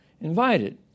invited